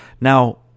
now